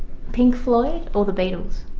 pink floyd or the beatles?